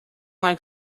like